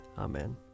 Amen